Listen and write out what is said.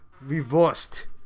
reversed